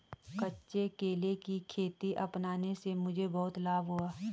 कच्चे केले की खेती अपनाने से मुझे बहुत लाभ हुआ है